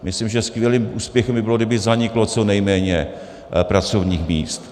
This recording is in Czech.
Myslím, že skvělým úspěchem by bylo, kdyby zaniklo co nejméně pracovních míst.